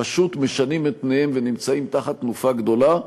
פשוט משנים את פניהם ונמצאים תחת תנופה גדולה.